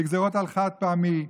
בגזרות על חד-פעמי ועוד.